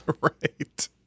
right